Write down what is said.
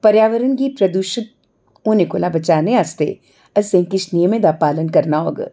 पर्यावरण गी प्रदूशित होने कोला बचाने आस्तै असें किश निजमें दा पालन करना होग